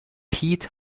پیت